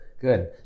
Good